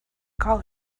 call